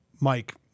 Mike